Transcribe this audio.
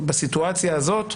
בסיטואציה הזאת,